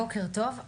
בוקר טוב,